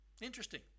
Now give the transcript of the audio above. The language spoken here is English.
Interesting